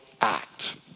act